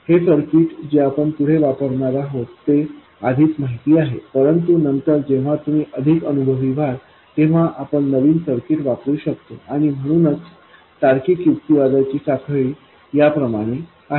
हे सर्किट जे आपण पुढे वापरणार आहोत ते आधीच माहिती आहे परंतु नंतर जेव्हा तुम्ही अधिक अनुभवी व्हाल तेव्हा आपण नवीन सर्किट वापरू शकतो आणि म्हणूनच तार्किक युक्तिवादा ची साखळी या प्रमाणे आहे